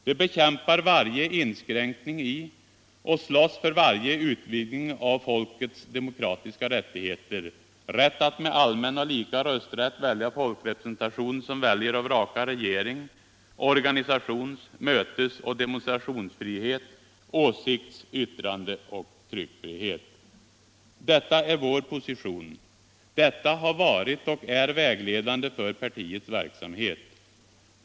Det bekämpar varje inskränkning i och slåss för varje utvidgning av folkets demokratiska rättigheter; rätt att med allmän och lika rösträtt välja folkrepresentation, som väljer och vrakar regering; organisations-, mötesoch demonstrationsfrihet; åsikts-, yttrandeoch tryckfrihet.” Detta är vår position. Detta har varit och är vägledande för partiets verksamhet.